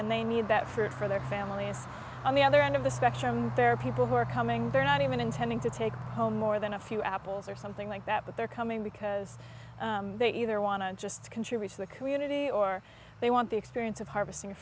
and they need that for their families on the other end of the spectrum there are people who are coming they're not even intending to take home more than a few apples or something like that but they're coming because they either want to just contribute to the community or they want the experience of harvesting